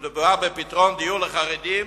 כשמדובר בפתרון דיור לחרדים,